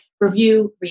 review